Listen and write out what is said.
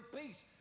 peace